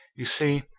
you see,